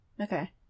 Okay